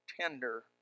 tender